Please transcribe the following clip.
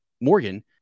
Morgan